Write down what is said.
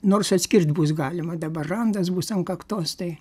nors atskirt bus galima dabar randas bus ant kaktos tai